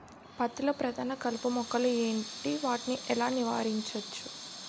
పత్తి లో ప్రధాన కలుపు మొక్కలు ఎంటి? వాటిని ఎలా నీవారించచ్చు?